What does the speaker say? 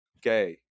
gay